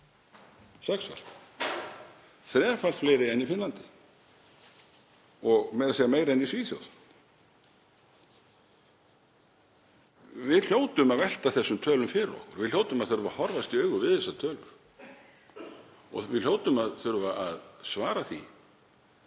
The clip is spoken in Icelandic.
sexfalt, þrefalt fleiri en í Finnlandi og meira að segja fleiri en í Svíþjóð. Við hljótum að velta þessum tölum fyrir okkur. Við hljótum að þurfa að horfast í augu við þessar tölur og við hljótum að þurfa að svara því